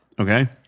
Okay